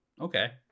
Okay